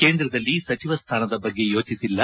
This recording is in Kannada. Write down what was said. ಕೇಂದ್ರದಲ್ಲಿ ಸಚಿವ ಸ್ಥಾನದ ಬಗ್ಗೆ ಯೋಜಿಸಿಲ್ಲ